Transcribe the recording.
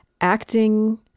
acting